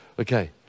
Okay